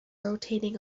rotating